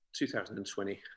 2020